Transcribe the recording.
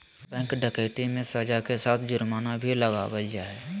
bank डकैती मे सज़ा के साथ जुर्माना भी लगावल जा हय